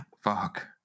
Fuck